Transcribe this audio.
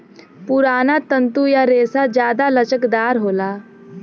पुराना तंतु या रेसा जादा लचकदार होला